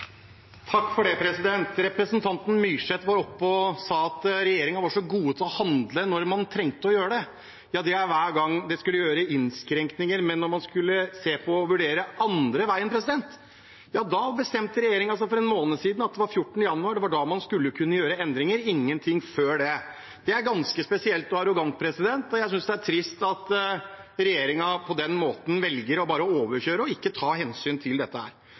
til å handle når man trengte å gjøre det. Ja, det er hver gang det skal gjøres innskrenkninger, men da man skulle se på det og vurdere det andre veien, bestemte regjeringen for en måned siden at det var 14. januar man skulle kunne gjøre endringer – ingenting før det. Det er ganske spesielt og arrogant, og jeg synes det er trist at regjeringen på den måten velger bare å overkjøre og ikke ta hensyn til dette.